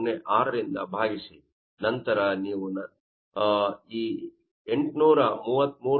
06 ರಿಂದ ಭಾಗಿಸಿ ನಂತರ ನೀವು ನಂತರ ನೀವು ಈ 833